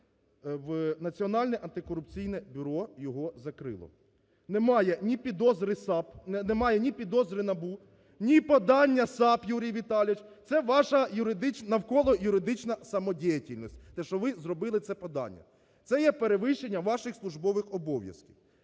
Національне антикорупційне бюро його закрило. Немає ні підозри САП, немає ні підозри НАБУ, ні подання САП, Юрій Віталійович. Це ваша навколо юридична самодеятельность, те, що ви зробили це подання. Це є перевищення ваших службових обов'язків.